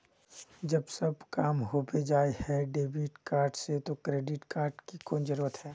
जब सब काम होबे जाय है डेबिट कार्ड से तो क्रेडिट कार्ड की कोन जरूरत है?